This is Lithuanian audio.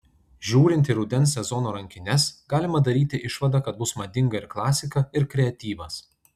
žiūrint į rudens sezono rankines galima daryti išvadą kad bus madinga ir klasika ir kreatyvas